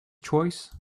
choice